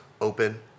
open